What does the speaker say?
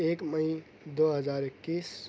ایک مئی دو ہزار اکیس